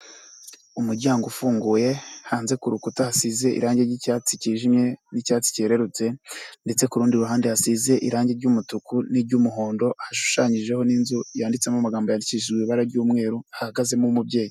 Umuryango ufunguye, hanze ku rukuta hasize irangi ry'icyatsi cyijimye n'icyatsi cyerurutse ndetse ku rundi ruhande hasize irangi ry'umutuku n'iry'umuhondo, hashushanyijeho n'nzu yanditsemo amagambo yandikishije ibara ry'umweru, hagazemo umubyeyi.